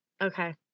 Okay